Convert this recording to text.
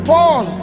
Paul